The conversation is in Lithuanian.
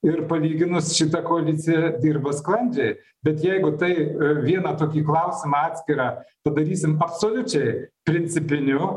ir palyginus šita koalicija dirba sklandžiai bet jeigu tai vieną tokį klausimą atskirą padarysim absoliučiai principiniu